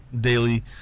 daily